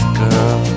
girl